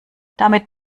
damit